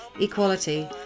equality